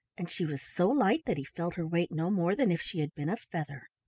and she was so light that he felt her weight no more than if she had been a feather.